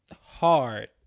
hard